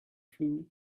flue